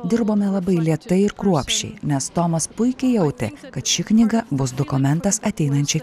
dirbome labai lėtai ir kruopščiai nes tomas puikiai jautė kad ši knyga bus dokumentas ateinančiai